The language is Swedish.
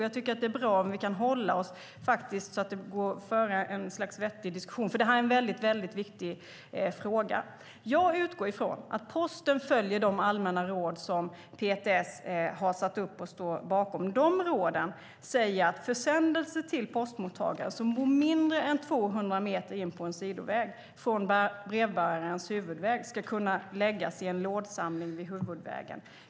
Jag tycker att det är bra om vi kan hålla oss till det så att det går att föra en vettig diskussion, för det här är en väldigt viktig fråga. Jag utgår ifrån att Posten följer de allmänna råd som PTS har satt upp och står bakom. De råden säger att försändelse till postmottagare som bor mindre än 200 meter in på en sidoväg från brevbärarens huvudväg ska kunna läggas i en lådsamling vid huvudvägen.